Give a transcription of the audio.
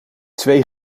twee